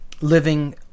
living